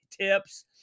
tips